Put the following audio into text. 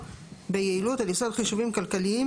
ביעילות על יסוד חישובים כלכליים,